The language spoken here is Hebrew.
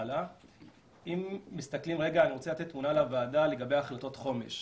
אני רוצה לתת תמונה לוועדה לגבי החלטות חומש.